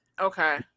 Okay